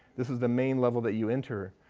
this is the main level that you enter.